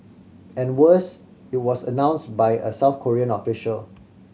and worse it was announced by a South Korean official